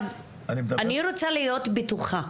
אני רוצה להיות בטוחה.